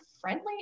friendly